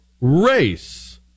race